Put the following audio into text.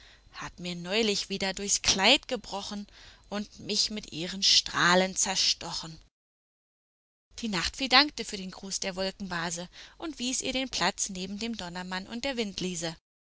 hat mir neulich wieder durchs kleid gebrochen und mich mit ihren strahlen zerstochen die nachtfee dankte für den gruß der wolkenbase und wies ihr den platz neben dem donnermann und der